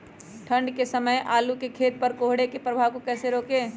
ठंढ के समय आलू के खेत पर कोहरे के प्रभाव को कैसे रोके?